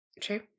True